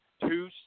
two